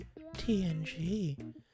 TNG